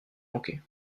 manquer